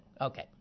Okay